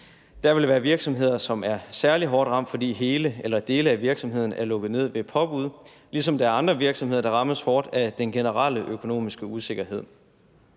Der vil være virksomheder, som er særlig hårdt ramt, fordi hele eller dele af virksomheden er lukket ned ved et påbud, ligesom der er andre virksomheder, der rammes hårdt af den generelle økonomiske usikkerhed.